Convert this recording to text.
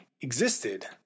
existed